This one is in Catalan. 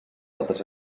altres